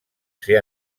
ser